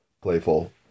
Playful